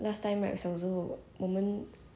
she she say okay okay this time only